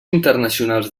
internacionals